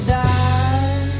die